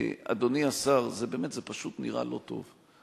אדוני השר, זה באמת פשוט נראה לא טוב.